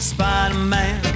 Spider-Man